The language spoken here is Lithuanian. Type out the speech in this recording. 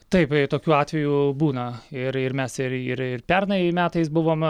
taip tokių atvejų būna ir ir mes ir ir pernai metais buvom